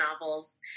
novels